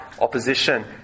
opposition